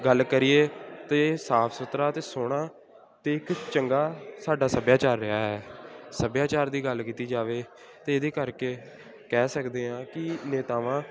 ਗੱਲ ਕਰੀਏ ਤਾਂ ਸਾਫ ਸੁਥਰਾ ਅਤੇ ਸੋਹਣਾ ਅਤੇ ਇੱਕ ਚੰਗਾ ਸਾਡਾ ਸੱਭਿਆਚਾਰ ਰਿਹਾ ਹੈ ਸੱਭਿਆਚਾਰ ਦੀ ਗੱਲ ਕੀਤੀ ਜਾਵੇ ਤਾਂ ਇਹਦੇ ਕਰਕੇ ਕਹਿ ਸਕਦੇ ਹਾਂ ਕਿ ਨੇਤਾਵਾਂ